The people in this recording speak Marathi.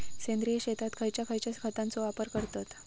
सेंद्रिय शेतात खयच्या खयच्या खतांचो वापर करतत?